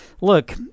look